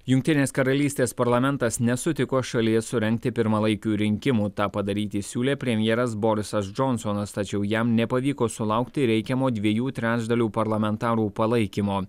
jungtinės karalystės parlamentas nesutiko šalyje surengti pirmalaikių rinkimų tą padaryti siūlė premjeras borisas džonsonas tačiau jam nepavyko sulaukti reikiamo dviejų trečdalių parlamentarų palaikymo